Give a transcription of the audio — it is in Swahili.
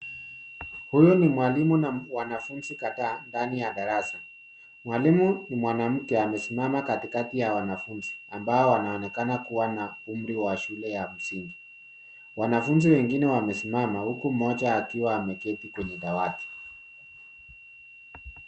Huyu ni mwalimu na wanafunzi kadhaa ndani ya darasa. Mwalimu ni mwanamke amesimama katikati ya wanafunzi ambao wanaonekana kuwa na umri wa shule ya msingi. Wanafunzi wengine wamesimama huku mmoja akiwa ameketi kwenye dawati.